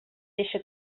eixa